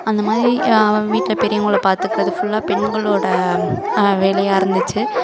அந்தமாதி அவள் வீட்டில் பெரியவங்களை பாத்துக்கிறது ஃபுல்லாக பெண்களோட வேலையாக இருந்துச்சு